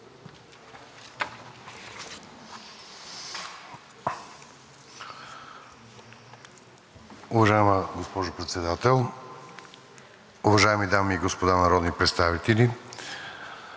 Уважаема госпожо Председател, уважаеми дами и господа народни представители!